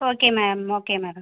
okay ma'am okay madam